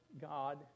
God